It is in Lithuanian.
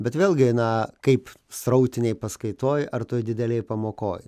bet vėlgi na kaip srautinėj paskaitoj ar toj didelėj pamokoj